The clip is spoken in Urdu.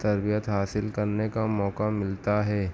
تربیت حاصل کرنے کا موقع ملتا ہے